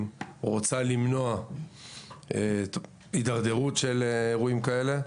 ורוצה למנוע התדרדרות של אירועים כאלה.